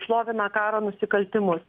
šlovina karo nusikaltimus